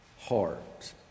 heart